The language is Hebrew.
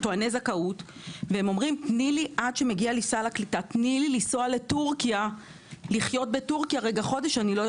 טועני זכאות והם אומרים: תני לנו לנסוע ולחיות בטורקיה חודש עד